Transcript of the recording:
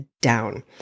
down